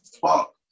fuck